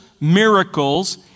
miracles